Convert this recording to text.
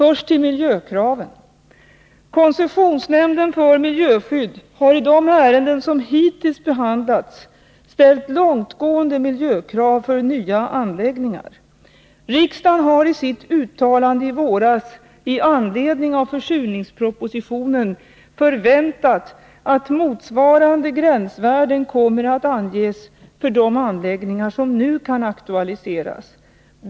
Först till miljökraven: Koncessionsnämnden för miljöskydd har i de ärenden som hittills behandlats ställt långtgående miljökrav för nya anläggningar. Riksdagen har i sitt uttalande i våras i anledning av försurningspropositionen förväntat att motsvarande gränsvärden kommer att anges för de anläggningar som nu kan aktualiseras.